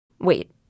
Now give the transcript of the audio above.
Wait